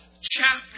chapter